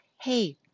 Hey